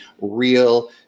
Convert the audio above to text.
real